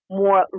more